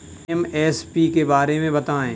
MSP के बारे में बतायें?